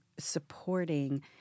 supporting